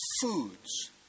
foods